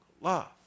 love